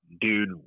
dude